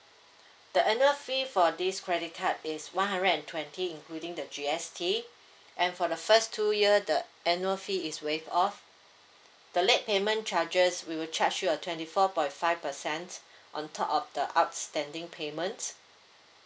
the annual fee for this credit card is one hundred and twenty including the G_S_T and for the first two year the annual fee is waive off the late payment charges we will charge you a twenty four point five percent on top of the outstanding payments